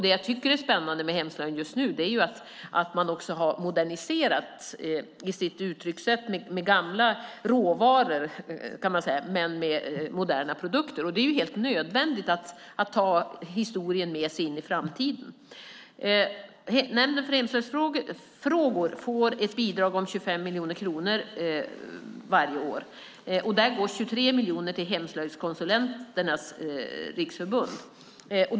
Det jag tycker är spännande med hemslöjden just nu är att man har moderniserat sitt uttryckssätt, med gamla råvaror i moderna produkter. Det är helt nödvändigt att ta historien med sig in i framtiden. Nämnden för hemslöjdsfrågor får ett bidrag om 25 miljoner kronor varje år, och av det går 23 miljoner till hemslöjdskonsulenterna.